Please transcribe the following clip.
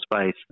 space